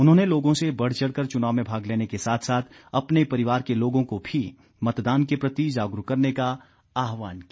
उन्होंने लोगों से बढ़चढ़ कर चुनाव में भाग लेने के साथ साथ अपने परिवार के लोगों को भी मतदान के प्रति जागरूक करने का आहवान किया